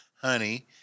honey